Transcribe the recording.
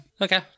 Okay